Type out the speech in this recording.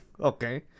okay